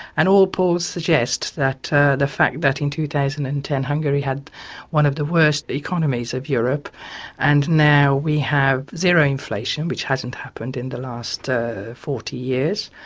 and all polls suggest that the fact that in two thousand and ten hungary had one of the worst economies of europe and now we have zero inflation, which hasn't happened in the last forty years,